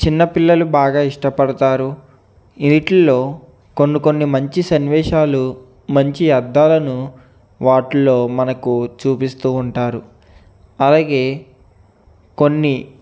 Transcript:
చిన్న పిల్లలు బాగా ఇష్టపడతారు వీటిల్లో కొన్ని కొన్ని మంచి సన్నివేశాలు మంచి అద్దాలను వాటిల్లో మనకు చూపిస్తు ఉంటారు అలాగే కొన్ని